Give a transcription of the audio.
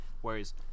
whereas